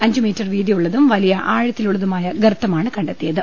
അഞ്ച് മീറ്റർ വീതിയുള്ളതും വലിയ ആഴ ത്തിലുള്ളതുമായ ഗർത്തമാണ് കണ്ടെത്തിയത്